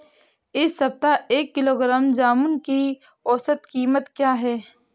इस सप्ताह एक किलोग्राम जामुन की औसत कीमत क्या है?